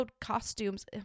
costumes